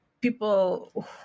people